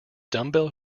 dumbbell